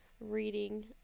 reading